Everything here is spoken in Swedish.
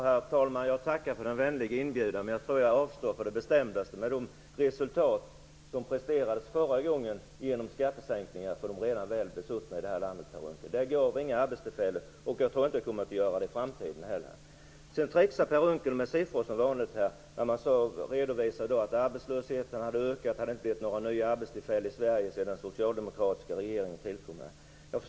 Herr talman! Jag tackar för den vänliga inbjudan, men jag avstår på det bestämdaste med tanke på de resultat som presterades genom skattesänkningar för de redan väl besuttna i landet förra gången ni regerade, Per Unckel. Det gav inga arbetstillfällen, och jag tror inte att det kommer att göra det i framtiden heller. Sedan trixar Per Unckel som vanligt med siffror och redovisar att arbetslösheten hade ökat. Det hade inte blivit några nya arbetstillfällen i Sverige sedan den socialdemokratiska regeringen tillträdde.